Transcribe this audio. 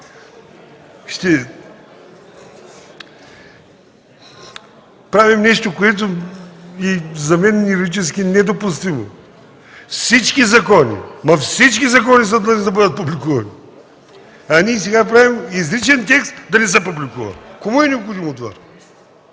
правим нещо, което за мен юридически е недопустимо. Всички закони, всички закони са длъжни да бъдат публикувани, а ние сега правим изричен текст да не се публикуват. Кому е необходимо това?